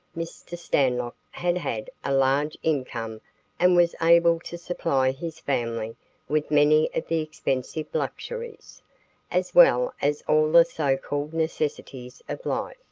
mr. stanlock had had a large income and was able to supply his family with many of the expensive luxuries as well as all the so-called necessities of life.